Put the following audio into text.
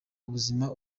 ubuzima